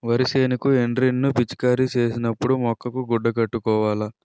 వరి సేనుకి ఎండ్రిన్ ను పిచికారీ సేసినపుడు ముక్కుకు గుడ్డ కట్టుకోవాల